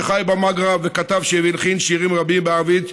שחי במגרב וכתב והלחין שירים רבים בערבית.